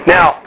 Now